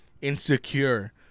insecure